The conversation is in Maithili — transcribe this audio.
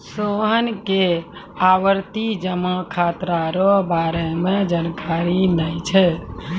सोहन के आवर्ती जमा खाता रो बारे मे जानकारी नै छै